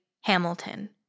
Hamilton